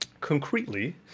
concretely